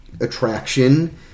attraction